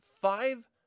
five